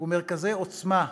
ומרכזי "עוצמה",